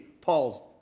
Paul's